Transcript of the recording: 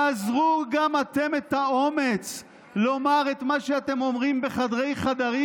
תאזרו גם אתם את האומץ לומר את מה שאתם אומרים בחדרי-חדרים,